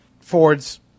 Ford's